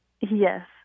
Yes